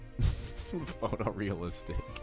Photorealistic